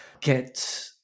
get